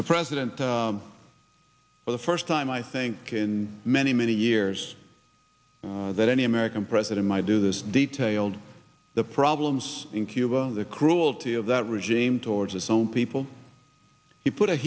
the president for the first time i think in many many years that any american president might do this detailed the problems in cuba and the cruelty of that regime towards its own people to put a